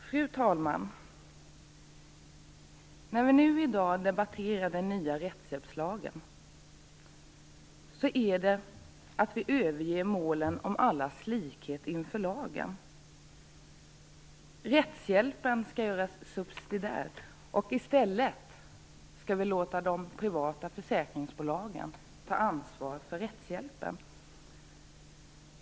Fru talman! Vi debatterar i dag den nya rättshjälpslagen, som innebär att vi överger målet om allas likhet inför lagen. Rättshjälpen skall göras subsidiär, och i stället skall vi låta de privata försäkringsbolagen ta ansvar för rättshjälpen.